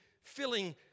filling